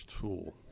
Tool